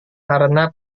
karena